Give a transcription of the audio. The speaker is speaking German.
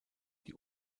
die